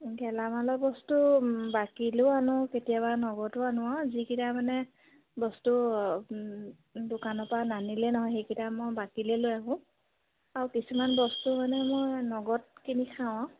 গেলামালৰ বস্তু বাকীলৈও আনোঁ কেতিয়াবা নগদো আনোঁ আৰু যিকেইটা মানে বস্তু দোকানৰ পৰা নানিলে নহয় সেইকেইটা মই বাকীলৈ লৈ আহোঁ আৰু কিছুমান বস্তু মানে মই নগদ কিনি খাওঁ আৰু